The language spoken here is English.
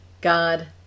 God